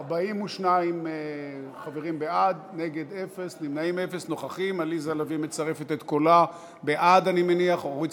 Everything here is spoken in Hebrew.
ההצעה להעביר את הצעת חוק לתיקון פקודת התעבורה (חובת